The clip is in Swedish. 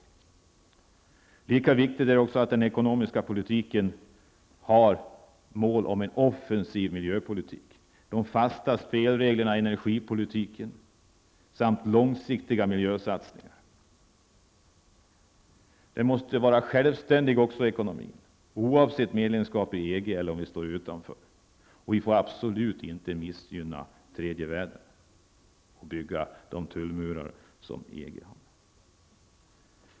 Det är lika viktigt att den ekonomiska politiken har som mål en offensiv miljöpolitik, fasta spelregler i energipolitiken och långsiktiga miljösatsningar. Ekonomin måste också vara självständig, oavsett om vi är medlemmar i EG eller står utanför. Vi får absolut inte missgynna tredje världen och bygga de tullmurar som EG har.